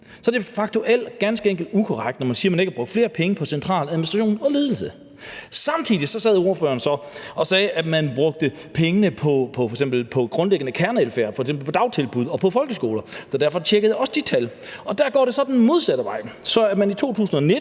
Så det er faktuelt ganske enkelt ukorrekt, når man siger, at der ikke er brugt flere penge på centraladministration og ledelse. Samtidig stod ordføreren så og sagde, at man brugte pengene på grundlæggende kernevelfærd, f.eks. på dagtilbud og folkeskoler. Derfor tjekkede jeg også de tal, og der går det så den modsatte vej. I 2019